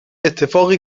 اتفاقی